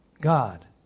God